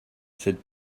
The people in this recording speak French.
cette